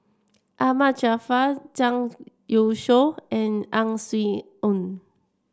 Ahmad Jaafar Zhang Youshuo and Ang Swee Aun